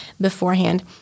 beforehand